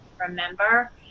remember